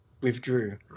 withdrew